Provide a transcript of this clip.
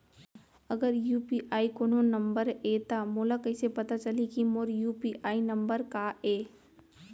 अगर यू.पी.आई कोनो नंबर ये त मोला कइसे पता चलही कि मोर यू.पी.आई नंबर का ये?